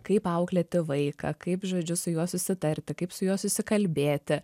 kaip auklėti vaiką kaip žodžiu su juo susitarti kaip su juo susikalbėti